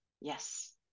Yes